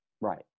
Right